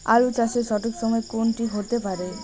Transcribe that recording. আলু চাষের সঠিক সময় কোন টি হতে পারে?